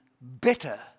better